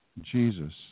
Jesus